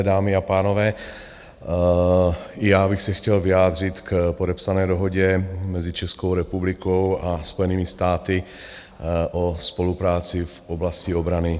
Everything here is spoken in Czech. Milé dámy a pánové, i já bych se chtěl vyjádřit k podepsané Dohodě mezi Českou republikou a Spojenými státy o spolupráci v oblasti obrany.